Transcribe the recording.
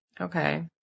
Okay